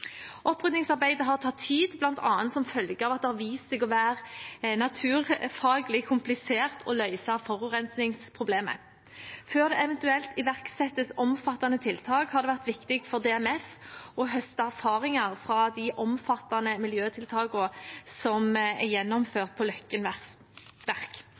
har tatt tid, bl.a. som følge av at det har vist seg å være naturfaglig komplisert å løse forurensningsproblemet. Før det eventuelt iverksettes omfattende tiltak, har det vært viktig for DMF å høste erfaringer fra de omfattende miljøtiltakene som er gjennomført på Løkken Verk.